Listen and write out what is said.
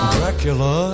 Dracula